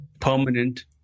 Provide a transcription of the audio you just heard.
permanent